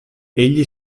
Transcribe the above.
egli